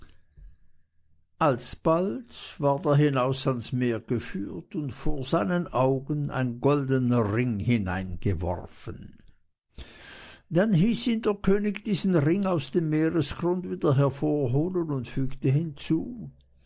alsbald ward er hinaus ans meer geführt und vor seinen augen ein goldener ring hineingeworfen dann hieß ihn der könig diesen ring aus dem meeresgrund wieder hervorzuholen und fügte hinzu